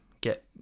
get